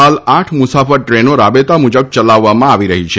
હાલ આઠ મુસાફર ટ્રેનો રાબેતા મુજબ યલાવવામાં આવી રહી છે